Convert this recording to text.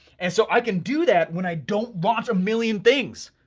and so i can do that, when i don't launch a million things.